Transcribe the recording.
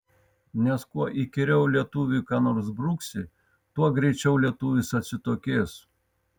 nes kuo įkyriau lietuviui ką nors bruksi tuo greičiau lietuvis atsitokės